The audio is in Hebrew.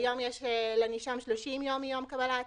היום יש לנישום 30 יום מיום קבלת